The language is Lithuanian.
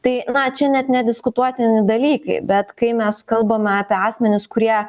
tai va čia net nediskutuotini dalykai bet kai mes kalbam apie asmenis kurie